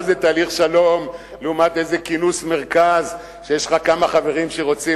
מה זה תהליך שלום לעומת איזה כינוס מרכז שיש לך כמה חברים שרוצים.